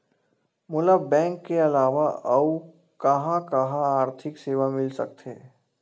मोला बैंक के अलावा आऊ कहां कहा आर्थिक सेवा मिल सकथे?